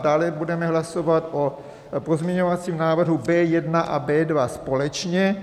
Dále budeme hlasovat o pozměňovacím návrhu B1 a B2 společně.